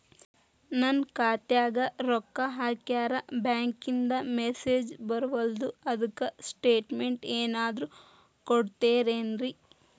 ನನ್ ಖಾತ್ಯಾಗ ರೊಕ್ಕಾ ಹಾಕ್ಯಾರ ಬ್ಯಾಂಕಿಂದ ಮೆಸೇಜ್ ಬರವಲ್ದು ಅದ್ಕ ಸ್ಟೇಟ್ಮೆಂಟ್ ಏನಾದ್ರು ಕೊಡ್ತೇರೆನ್ರಿ?